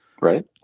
Right